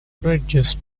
bridges